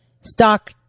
stock